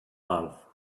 love